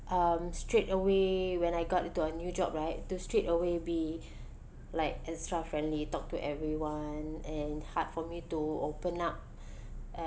um straight away when I got into a new job right to straight away be like extra friendly talk to everyone and hard for me to open up